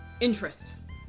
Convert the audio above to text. interests